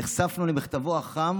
נחשפנו למכתבו החם